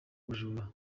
ubujura